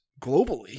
globally